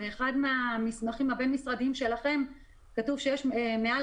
באחד המסמכים הבין-משרדיים שלכם כתוב שיש מעל